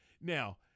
Now